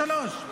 שלוש.